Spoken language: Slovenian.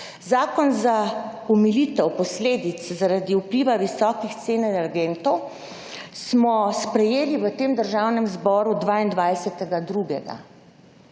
Zakon za omilitev posledic zaradi vpliva visokih cen energentov smo sprejeli v Državnem zboru 22.2., se